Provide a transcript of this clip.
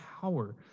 power